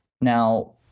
Now